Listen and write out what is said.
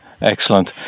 excellent